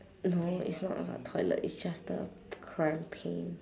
no it's not about toilet it's just the cramp pain